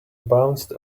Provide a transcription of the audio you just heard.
bounced